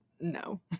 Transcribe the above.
no